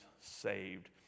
saved